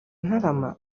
ntarama